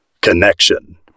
Connection